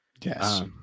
Yes